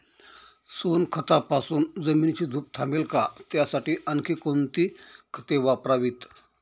सोनखतापासून जमिनीची धूप थांबेल का? त्यासाठी आणखी कोणती खते वापरावीत?